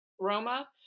Roma